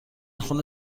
خون